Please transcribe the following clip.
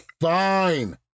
Fine